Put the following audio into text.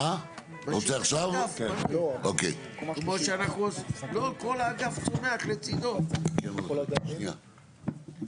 מישהו עוד רוצה להעיר משהו בשלב הזה?